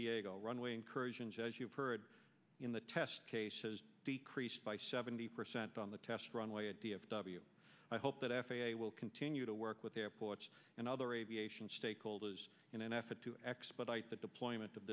diego runway incursions as you've heard in the test case has decreased by seventy percent on the test runway at d f w i hope that f a a will continue to work with airports and other aviation stakeholders in an effort to expedite the deployment of